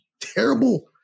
terrible